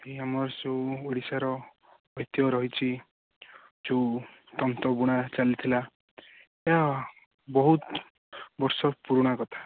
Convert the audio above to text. ଏହି ଆମର ଯେଉଁ ଓଡ଼ିଶାର ଐତିହ ରହିଛି ଯେଉଁ ତନ୍ତ ବୁଣା ଚାଲିଥିଲା ଏହା ବହୁତ ବର୍ଷ ପୁରୁଣା କଥା